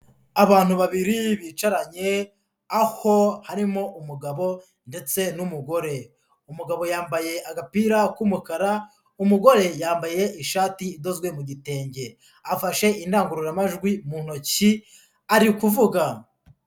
Abantu babiri bicaranye aho harimo umugabo ndetse n'umugore. Umugabo yambaye agapira k'umukara, umugore yambaye ishati idozwe mu gitenge, afashe indangururamajwi mu ntoki ari kuvuga.